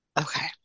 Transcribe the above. Okay